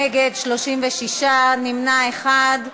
נגד, 36, נמנע אחד.